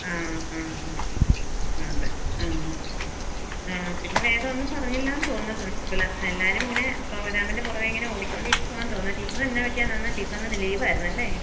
ആ ആ അതെ അത് ആ പിന്നെ വേറെയൊന്നും പറഞ്ഞില്ലെന്ന് തോന്നുന്നു പ്രിന്സിപ്പള് എല്ലാവരും ഇങ്ങനെ പ്രോഗ്രാമിന്റെ പുറകെ ഇങ്ങനെ ഓടിക്കൊണ്ടിരിക്കുകയാണെന്ന് തോന്നുന്നു ടീച്ചറിനെന്താണ് പറ്റിയത് അന്ന് ടീച്ചര് അന്ന് ലീവായിരുന്നുവെല്ലെ